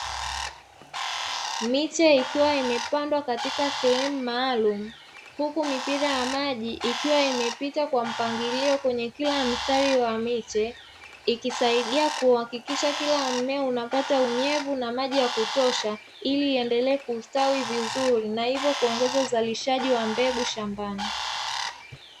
Miche ikiwa imepandwa katika sehemu maalumu, huku mipira ya maji ikiwa imepita kwa mpangilio kwenye kila mstari wa miche, ikisaidia kuhakikisha kila mmea unapata unyevu na maji ya kutosha ili iendelee kustawi vizuri na hivyo kuongeza uzalishaji wa mbegu shambani.